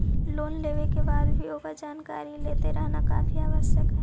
loan लेवे के बाद भी ओकर जानकारी लेते रहना काफी आवश्यक हइ